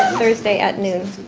thursday at noon.